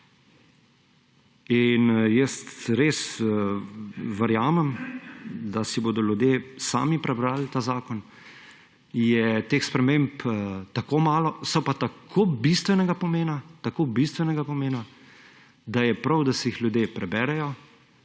In res verjamem, da si bodo ljudje sami prebrali ta zakon, je teh sprememb tako malo, so pa tako bistvenega pomena, da je prav, da si jih ljudje preberejo